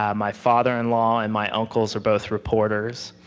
um my father in law and my uncles are both reporters,